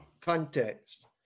context